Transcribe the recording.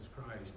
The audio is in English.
Christ